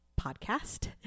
Podcast